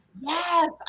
Yes